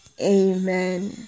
Amen